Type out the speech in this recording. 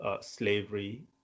slavery